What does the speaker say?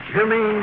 Jimmy